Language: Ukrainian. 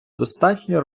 достатньо